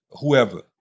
whoever